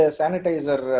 sanitizer